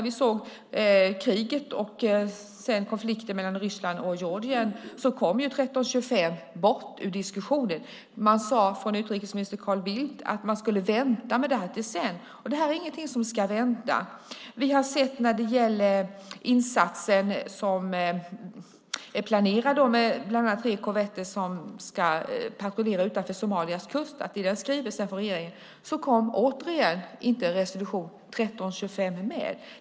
Under kriget och konflikten mellan Ryssland och Georgien kom 1325 bort ur diskussionen. Man sade från utrikesminister Carl Bildts håll att man skulle vänta med det här till sedan. Men det här är ingenting som ska vänta. Vi har sett detta när det gäller insatsen som är planerad med bland annat tre korvetter som ska patrullera utanför Somalias kust. I den skrivelsen från regeringen kom återigen inte resolution 1325 med.